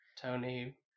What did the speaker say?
Tony